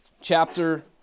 chapter